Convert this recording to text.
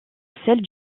celle